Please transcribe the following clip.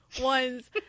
ones